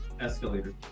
Escalator